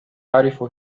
أعرف